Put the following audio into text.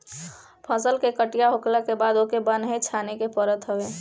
फसल के कटिया होखला के बाद ओके बान्हे छाने के पड़त हवे